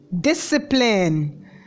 discipline